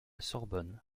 sorbonne